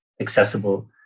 accessible